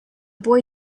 boy